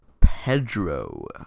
Pedro